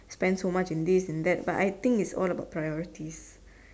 spend so much in this in that but I think is all about priorities